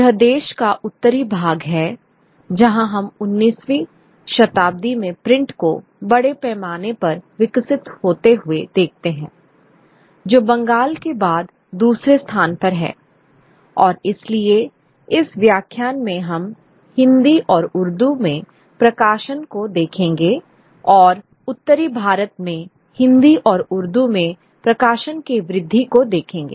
यह देश का उत्तरी भाग है जहां हम 19वीं शताब्दी में प्रिंट को बड़े पैमाने पर विकसित होते हुए देखते हैं जो बंगाल के बाद दूसरे स्थान पर है और इसलिए इस व्याख्यान में हम हिंदी और उर्दू में प्रकाशन को देखेंगे और उत्तरी भारत में हिंदी और उर्दू में प्रकाशन के वृद्धि को देखेंगे